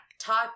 Talk